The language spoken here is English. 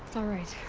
so alright.